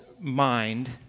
mind